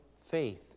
faith